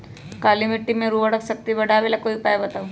काली मिट्टी में उर्वरक शक्ति बढ़ावे ला कोई उपाय बताउ?